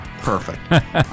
Perfect